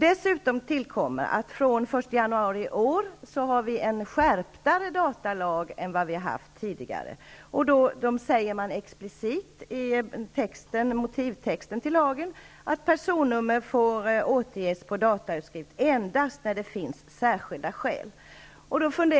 fr.o.m. den 1 januari i år gäller dessutom en mer skärpt datalag än tidigare. I motivtexten till lagen sägs explicit att personnummer får återges på datautskrifter endast när det finns särskilda skäl.